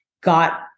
got